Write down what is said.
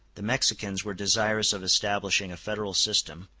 the mexicans were desirous of establishing a federal system,